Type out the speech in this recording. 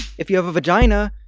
if you have a vagina,